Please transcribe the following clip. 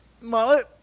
Mullet